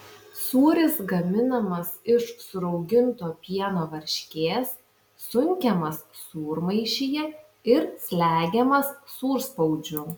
sūris gaminamas iš surauginto pieno varškės sunkiamas sūrmaišyje ir slegiamas sūrspaudžiu